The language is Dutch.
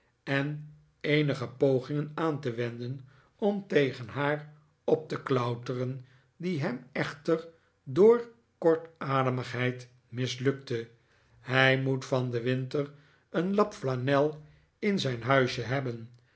en eenige pogingen aan te wenden om tegen haar op te klauteren die hem echter door kortademigheid mislukten hij moet van den winter een lap flanel in zijn huisje hebben